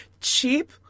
cheap